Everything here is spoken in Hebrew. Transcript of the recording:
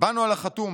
"באנו על החתום,